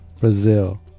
brazil